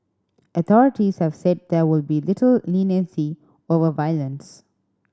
authorities have said there will be little leniency over violence